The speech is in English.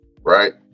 right